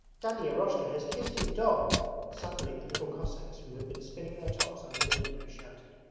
daddy eroshka has kissed his dog suddenly the little cossacks who had been spinning their tops under the window shouted,